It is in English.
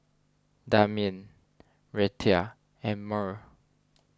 Damian Reta and Murl